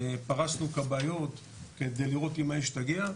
פרסנו כבאיות כדי לראות אם האש תגיע.